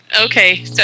Okay